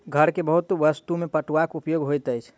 घर के बहुत वस्तु में पटुआक उपयोग होइत अछि